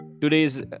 today's